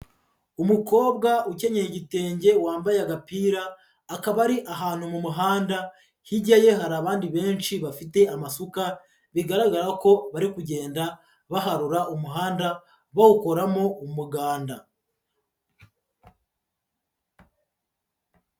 Umukobwa ukenyeye igitenge wambaye agapira akaba ari ahantu mu muhanda, hirya ye hari abandi benshi bafite amasuka bigaragara ko bari kugenda baharura umuhanda bawukoramo umuganda.